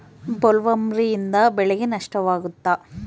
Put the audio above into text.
ಬೊಲ್ವರ್ಮ್ನಿಂದ ಬೆಳೆಗೆ ನಷ್ಟವಾಗುತ್ತ?